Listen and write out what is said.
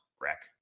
wreck